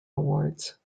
awards